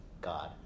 God